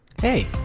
Hey